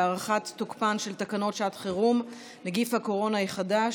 חוק לתיקון ולהארכת תוקפן של תקנות שעת חירום (נגיף הקורונה החדש,